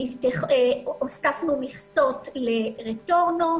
הוספנו מכסות ל"רטורנו",